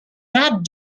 mad